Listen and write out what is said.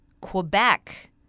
Quebec